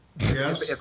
Yes